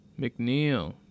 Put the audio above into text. McNeil